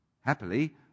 Happily